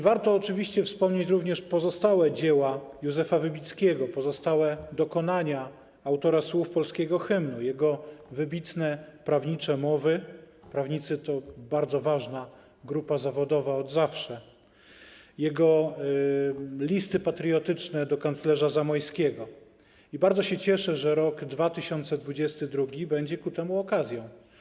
Warto wspomnieć również pozostałe dzieła Józefa Wybickiego, pozostałe dokonania autora słów polskiego hymnu, jego wybitne prawnicze mowy - prawnicy to od zawsze bardzo ważna grupa zawodowa - jego listy patriotyczne do kanclerza Zamoyskiego, i bardzo się cieszę, że rok 2022 będzie ku temu okazją.